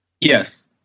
Yes